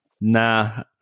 Nah